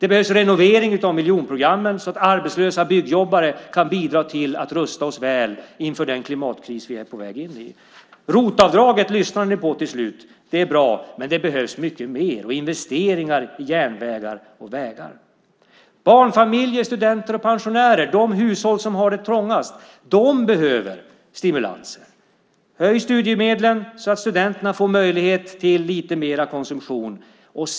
Det behövs renovering av miljonprogrammen så att arbetslösa byggjobbare kan bidra till att rusta oss väl inför den klimatkris vi är på väg in i. Det är bra, men det behövs mer, till exempel investeringar i järnvägar och vägar. Barnfamiljer, studenter och pensionärer, de hushåll som har det mest trångt, behöver stimulanser. Höj studiemedlen så att studenterna får möjlighet till lite mer konsumtion.